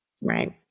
right